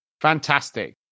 Fantastic